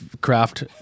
craft